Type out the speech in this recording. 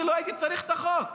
אני לא הייתי צריך את החוק.